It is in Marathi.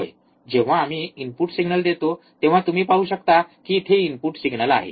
होय जेव्हा आम्ही इनपुट सिग्नल देतो तेव्हा तुम्ही पाहू शकता की इथे इनपुट सिग्नल आहे